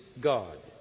God